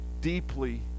deeply